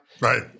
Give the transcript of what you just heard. Right